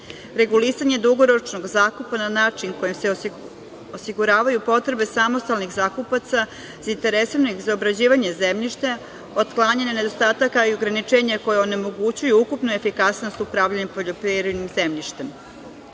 regulisanje dugoročnog zakupa na način kojim se osiguravaju potrebe samostalnih zakupaca zainteresovanih za obrađivanje zemljišta, otklanjanje nedostataka i ograničenje koje onemogućuju ukupnu efikasnost upravljanjem poljoprivrednim zemljištem,